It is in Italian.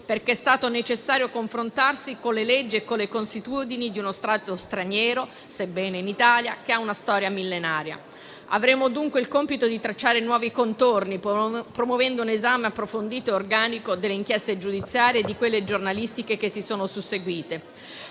perché è stato necessario confrontarsi con le leggi e con le consuetudini di uno Stato straniero, sebbene in Italia, che ha una storia millenaria. Avremo dunque il compito di tracciare nuovi contorni, promuovendo un esame approfondito e organico delle inchieste giudiziarie e di quelle giornalistiche che si sono susseguite.